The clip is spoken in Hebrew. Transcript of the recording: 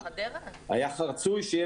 היה רצוי שיהיה